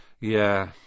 Yeah—